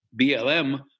BLM